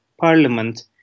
parliament